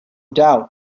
doubt